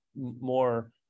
more